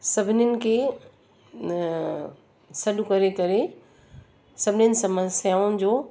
सभिनिनि खे सॾु करे करे सभिनिनि समस्याउनि जो